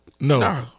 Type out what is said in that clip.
No